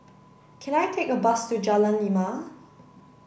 can I take a bus to Jalan Lima